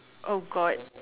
oh god